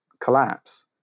collapse